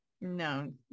No